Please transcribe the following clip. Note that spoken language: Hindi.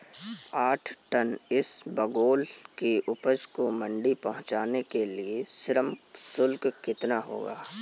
आठ टन इसबगोल की उपज को मंडी पहुंचाने के लिए श्रम शुल्क कितना होगा?